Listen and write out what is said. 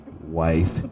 wife